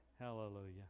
Hallelujah